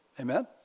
Amen